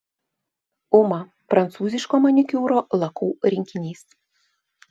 uma prancūziško manikiūro lakų rinkinys